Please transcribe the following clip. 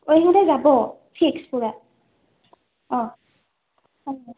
পৰিস্মিতা যাব ফিক্স পূৰা অঁ